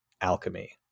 alchemy